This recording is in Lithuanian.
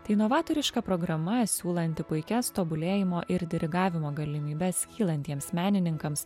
tai novatoriška programa siūlanti puikias tobulėjimo ir dirigavimo galimybes kylantiems menininkams